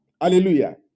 hallelujah